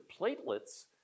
platelets